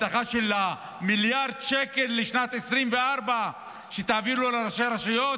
הבטחה של 1 מיליארד שקל לשנת 2024 שתעבירו לראשי הרשויות?